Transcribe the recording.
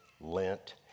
Lent